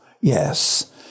yes